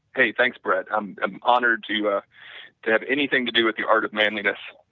hey, thanks, brett. i'm i'm honored to ah to have anything to do with the art of manliness.